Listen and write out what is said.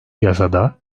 yasada